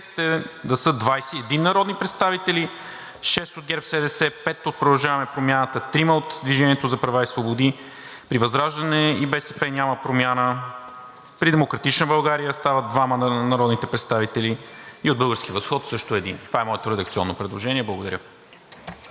да са 21 народни представители – 6 от ГЕРБ-СДС, 5 от „Продължаваме Промяната“, 3 от „Движение за права и свободи“, а при ВЪЗРАЖДАНЕ и БСП няма промяна, при „Демократична България“ стават 2 народните представители и от „Български възход“ също е 1. Това е моето редакционно предложение. Благодаря.